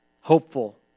hopeful